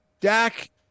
Dak